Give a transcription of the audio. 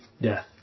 death